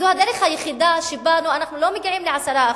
זו הדרך היחידה שבה, אנחנו לא נגיע ל-10%,